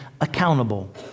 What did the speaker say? accountable